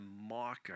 marker